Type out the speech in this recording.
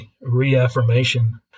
reaffirmation